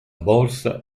borsa